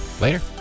Later